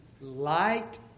light